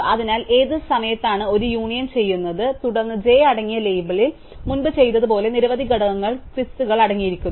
അതിനാൽ ഏത് സമയത്താണ് ഞങ്ങൾ ഒരു യൂണിയൻ ചെയ്യുന്നത് തുടർന്ന് j അടങ്ങിയ ലേബലിൽ മുമ്പ് ചെയ്തതുപോലെ നിരവധി ഘടകങ്ങൾ ക്വിസുകൾ അടങ്ങിയിരിക്കുന്നു